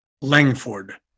Langford